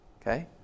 Okay